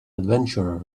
adventurer